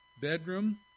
bedroom